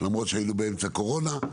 למרות שהיינו באמצע קורונה,